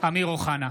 אמיר אוחנה,